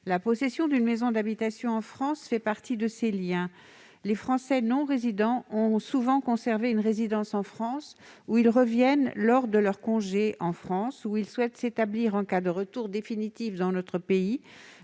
La possession d'une maison d'habitation en France fait partie de ces liens. Les Français non-résidents ont souvent conservé une résidence en France, où ils reviennent lors de leurs congés et où ils souhaitent s'établir en cas de retour définitif dans notre pays,